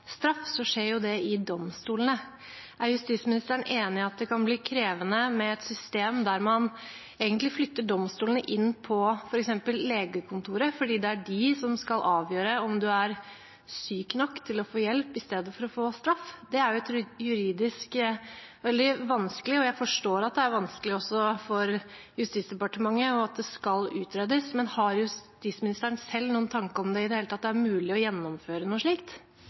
straff, skjer jo det i domstolene. Er justisministeren enig i at det kan bli krevende med et system der man egentlig flytter domstolene inn på f.eks. legekontoret, fordi det er de som skal avgjøre om man er syk nok til å få hjelp i stedet for å få straff? Det er juridisk veldig vanskelig, og jeg forstår at det er vanskelig også for Justisdepartementet og at det skal utredes. Men har justisministeren selv noen tanke om hvorvidt det i det hele tatt er mulig å gjennomføre noe slikt?